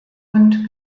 und